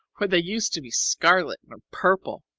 where they used to be scarlet and purple.